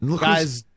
Guys